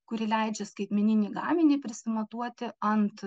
kuri leidžia skaitmeninį gaminį prisimatuoti ant